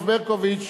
של שמאלוב-ברקוביץ,